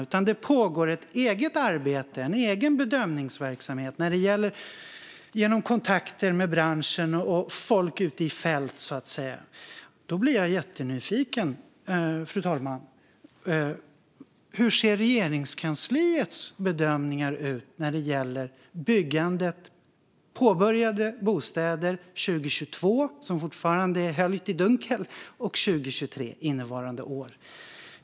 I stället pågår det ett eget arbete - en egen bedömningsverksamhet - genom kontakter med branschen och folk ute i fält, så att säga. Då blir jag jättenyfiken, fru talman. Hur ser Regeringskansliets bedömningar ut när det gäller påbörjade bostäder 2022, vilket fortfarande är höljt i dunkel, och 2023, alltså innevarande år?